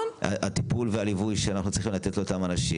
הטיפול והליווי שאנחנו צריכים לתת לאותם אנשים,